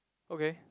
okay